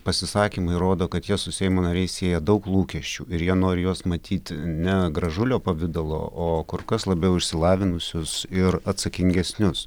pasisakymai rodo kad jie su seimo nariais sieja daug lūkesčių ir jie nori juos matyti ne gražulio pavidalu o kur kas labiau išsilavinusius ir atsakingesnius